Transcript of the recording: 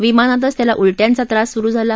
विमानातच त्याला उलट्यांचा त्रास सुरु झाला